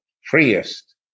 freest